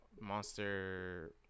monster